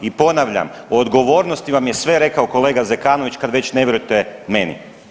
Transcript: I ponavljam, o odgovornosti vam je sve rekao kolega Zekanović kad već ne vjerujete meni.